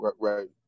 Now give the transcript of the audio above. right